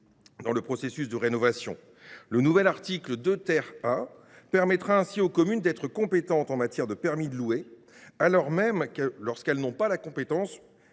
dans le processus de rénovation. Le nouvel article 2 A permettra ainsi aux communes d’être compétentes en matière de permis de louer, même lorsqu’elles n’ont pas la compétence